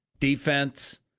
defense